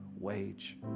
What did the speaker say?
wage